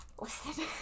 Listen